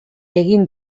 egin